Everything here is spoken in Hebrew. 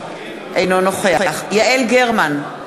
אינו נוכח יעל גרמן,